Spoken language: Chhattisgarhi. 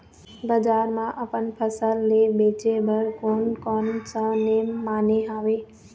बजार मा अपन फसल ले बेचे बार कोन कौन सा नेम माने हवे?